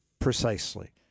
precisely